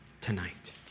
tonight